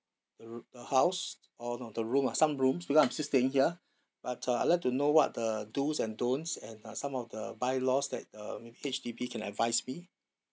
the roo~ the house orh no the room ah some rooms because I'm still staying here but uh I'd like to know what the dos and don't and uh some of the bylaws that uh maybe H_D_B can advise me